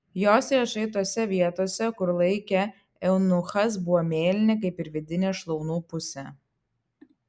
jos riešai tose vietose kur laikė eunuchas buvo mėlyni kaip ir vidinė šlaunų pusė